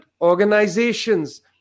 organizations